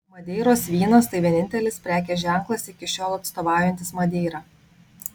madeiros vynas tai vienintelis prekės ženklas iki šiol atstovaujantis madeirą